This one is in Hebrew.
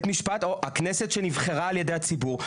הכנסת שנבחרה על ידי הציבור.